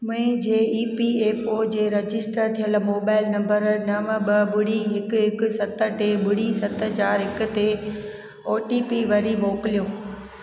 मुंहिंजे E P F O जे register थियल मोबाइल नंबर नवं ॿ ॿुड़ी हिकु हिकु सत टे ॿुड़ी सत चार हिकु ते ओ टी पी वरी मोकिलियो